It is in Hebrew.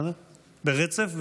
ברצף,